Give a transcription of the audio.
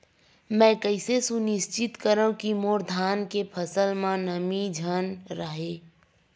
मैं कइसे सुनिश्चित करव कि मोर धान के फसल म नमी झन रहे?